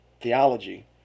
theology